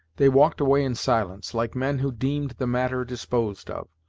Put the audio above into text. they walked away in silence, like men who deemed the matter disposed of,